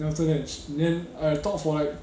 then after that sh~ then I talk for like